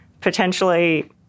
potentially